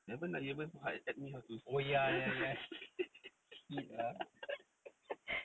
haven't lah you haven't add me how to see